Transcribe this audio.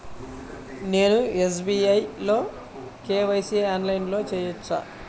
నేను ఎస్.బీ.ఐ లో కే.వై.సి ఆన్లైన్లో చేయవచ్చా?